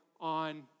on